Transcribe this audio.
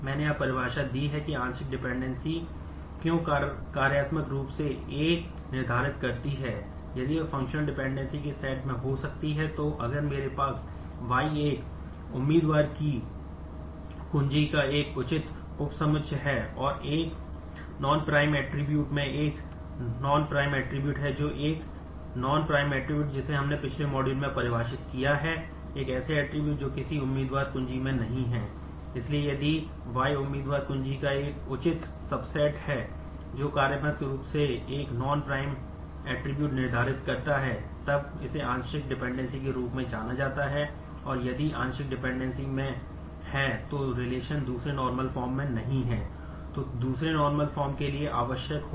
इसलिए यदि Y उम्मीदवार कुंजी न हो